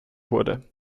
wurde